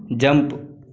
jump